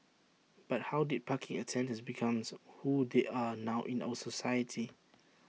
but how did parking attendants becomes who they are now in our society